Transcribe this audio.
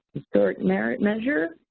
historic merit measure,